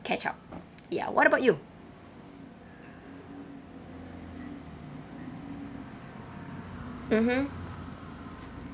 catch up ya what about you mmhmm